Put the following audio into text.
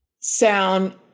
sound